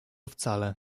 wcale